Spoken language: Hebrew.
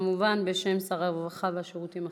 כמובן, בשם שר הרווחה והשירותים החברתיים.